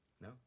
No